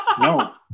No